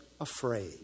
afraid